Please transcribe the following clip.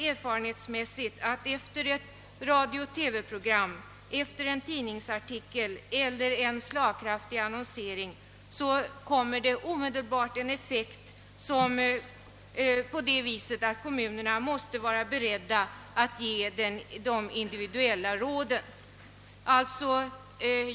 Erfarenhetsmässigt vet vi att ett program i radio eller TV eller en tidningsartikel eller en slagkraftig annonsering omedelbart får sådan effekt att kommunerna måste vara beredda att ge de individuella råd som efterfrågas.